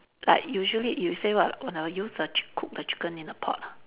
like usually you say what when I use the chick cook the chicken in a pot ah